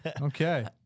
Okay